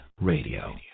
Radio